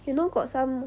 you know got some